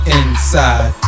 inside